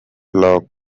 plague